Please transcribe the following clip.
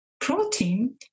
protein